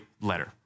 letter